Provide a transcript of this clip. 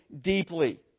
deeply